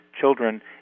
children